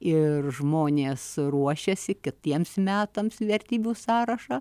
ir žmonės ruošiasi kitiems metams vertybių sąrašą